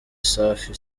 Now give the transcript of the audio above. safi